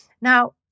Now